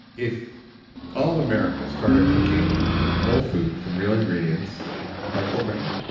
if all of america started cooking whole food from real ingredients like whole grains?